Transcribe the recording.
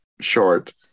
short